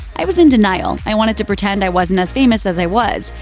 i was in denial i wanted to pretend i wasn't as famous as i was.